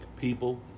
people